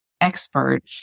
expert